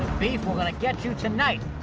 beef, we're gonna get you tonight.